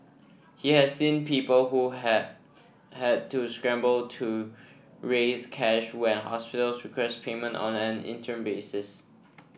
he has seen people who have had to scramble to raise cash when hospitals request payment on an interim basis